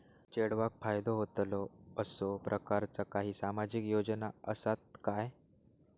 चेडवाक फायदो होतलो असो प्रकारचा काही सामाजिक योजना असात काय?